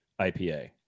IPA